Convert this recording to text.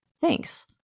Thanks